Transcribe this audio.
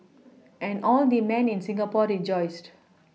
and all the men in Singapore rejoiced